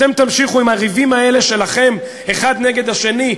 אתם תמשיכו עם הריבים האלה שלכם אחד נגד השני,